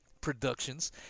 Productions